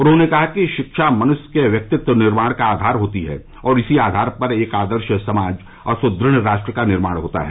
उन्होंने कहा कि शिक्षा मनृष्य के व्यक्तित्व निर्माण का आवार होती है और इसी आधार पर एक आदर्श समाज और सुदृढ़ राष्ट्र का निर्माण होता है